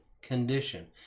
condition